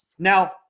Now